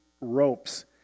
ropes